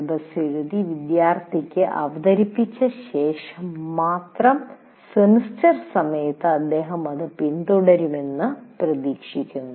syllabus എഴുതി വിദ്യാർത്ഥികൾക്ക് അവതരിപ്പിച്ചതിനുശേഷം മാത്രം സെമസ്റ്റർ സമയത്ത് അദ്ദേഹം അത് പിന്തുടരുമെന്ന് പ്രതീക്ഷിക്കുന്നു